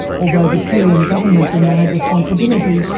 although the syrian government denied responsibility,